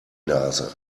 nase